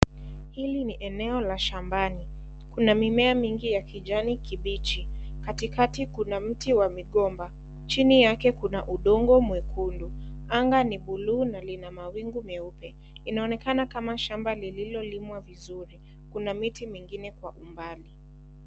Hili ni eneo la shambani, kuna mimea mingi ya kijani kibichi, katikati kuna mti wa migomba, chini yake kuna udongo mwekundu, anga ni buluu na lina mawingu meupe, inaonekana kama shamba lililolimwa vizuri, kuna miti mingine kwa umbali.